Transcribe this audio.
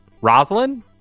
rosalind